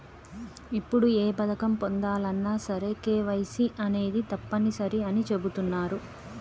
ఇప్పుడు ఏ పథకం పొందాలన్నా సరే కేవైసీ అనేది తప్పనిసరి అని చెబుతున్నరు